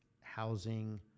housing